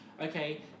okay